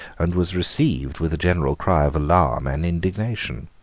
and was received with a general cry of alarm and indignation.